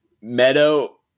Meadow